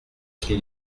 qu’il